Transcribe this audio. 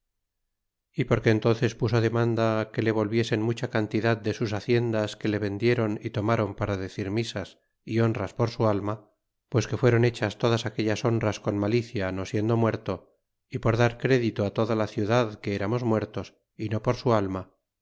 y porque entónces puso demanda que le volviesen mucha cantidad de sus haciendas que le vendiéron y tomron para decir misas y honras por su alma pues que fueron hechas todas aquellas honras con malicia no siendo muerto y por dar crédito toda la ciudad que eramos muertos é no por su alma